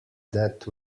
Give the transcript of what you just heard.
that